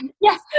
yes